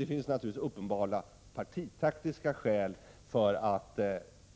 Det finns naturligtvis uppenbara partitaktiska skäl för att